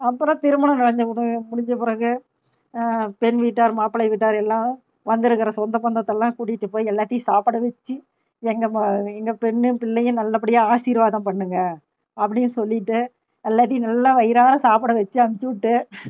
அப்புறம் திருமணம் நடந்து முடிஞ்சு பிறகு பெண் வீட்டார் மாப்பிளை வீட்டார் எல்லாம் வந்துருக்கிற சொந்தம் பந்ததெல்லாம் கூட்டிட்டு போய் எல்லாத்தையும் சாப்பிட வச்சு எங்கள் எங்கள் பெண்ணும் பிள்ளையும் நல்லபடியாக ஆசீர்வாதம் பண்ணுங்கள் அப்படினு சொல்லிட்டு எல்லாத்தையும் நல்லாக வயிறார சாப்பிட வச்சு அனுப்பிச்சு விட்டு